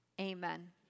amen